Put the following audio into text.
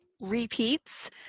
repeats